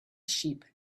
sheep